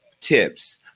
tips